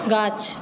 গাছ